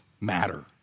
matter